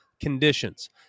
conditions